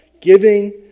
Giving